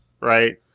right